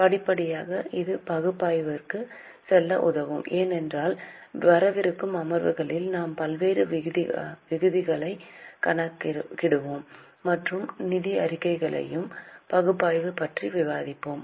படிப்படியாக இது பகுப்பாய்விற்கு செல்ல உதவும் ஏனென்றால் வரவிருக்கும் அமர்வுகளில் நாம் பல்வேறு விகிதங்களை கணக்கிடுவோம் மற்றும் நிதி அறிக்கைகளின் பகுப்பாய்வு பற்றி விவாதிப்போம்